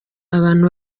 abantu